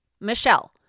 Michelle